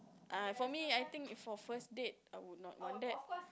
uh for me I think if for first date I would not want that